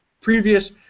previous